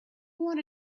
wanna